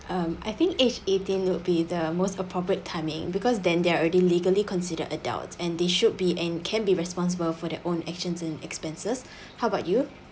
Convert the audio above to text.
um I think age eighteen would be the most appropriate timing because then they are already legally consider adults and they should be and can be responsible for their own actions and expenses how about you